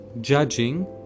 judging